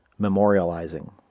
memorializing